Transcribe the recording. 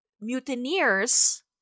mutineers